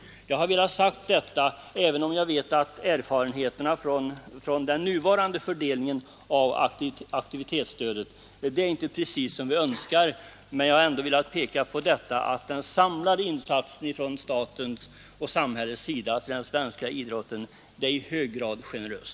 Jag har velat säga detta, även om jag vet att den nuvarande fördelningen av aktivitetsstödet inte är precis den som vi önskar. Jag har emellertid velat peka på att den samlade insatsen från samhällets sida till den svenska idrotten är i hög grad generös.